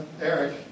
Eric